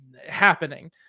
happening